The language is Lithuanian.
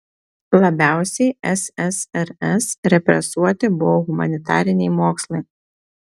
labiausiai ssrs represuoti buvo humanitariniai mokslai